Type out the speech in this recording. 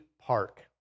Park